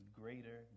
greater